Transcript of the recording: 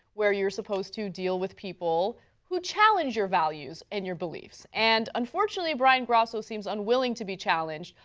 where you are supposed to deal with people who challenge your values and your beliefs, and unfortunately brian ah so seems unwilling to be challenged.